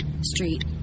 street